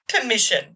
permission